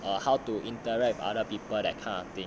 err how to interact with other people that kind of thing